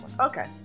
okay